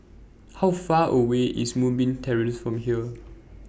How Far away IS Moonbeam Terrace from here